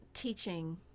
teaching